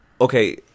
Okay